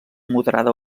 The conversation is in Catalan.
moderada